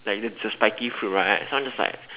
like the it's a spiky fruit right someone just like